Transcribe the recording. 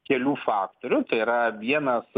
kelių faktorių tai yra vienas